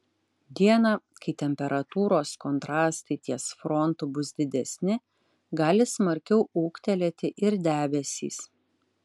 dieną kai temperatūros kontrastai ties frontu bus didesni gali smarkiau ūgtelėti ir debesys